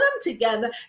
together